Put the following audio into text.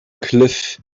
cliff